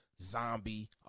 zombie